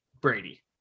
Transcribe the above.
Brady